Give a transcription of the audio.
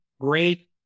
great